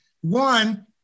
One